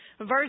Verse